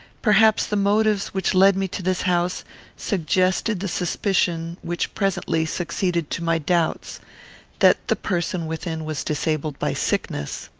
perhaps the motives which led me to this house suggested the suspicion which presently succeeded to my doubts that the person within was disabled by sickness.